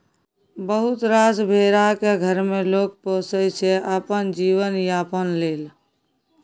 बहुत रास भेरा केँ घर मे लोक पोसय छै अपन जीबन यापन लेल